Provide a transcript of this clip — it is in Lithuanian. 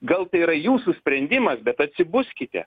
gal tai yra jūsų sprendimas bet atsibuskite